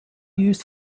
used